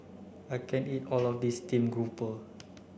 I can't eat all of this steamed grouper